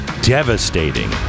devastating